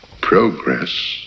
progress